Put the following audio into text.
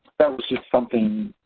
that was just something,